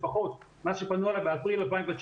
לפחות מאז שפנו אליה באפריל 2019,